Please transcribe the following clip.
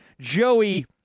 Joey